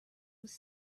was